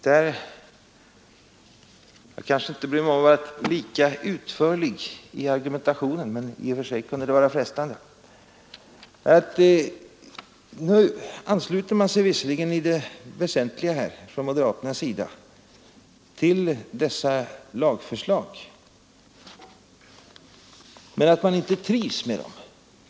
Jag behöver kanske inte beträffande dem vara lika utförlig i argumentationen, även om det i och för sig kunde vara frestande. Från moderaternas sida ansluter man sig visserligen i det väsentliga till dessa lagförslag, men det är inte svårt att se att de inte trivs med dem.